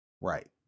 Right